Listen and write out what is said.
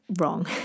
wrong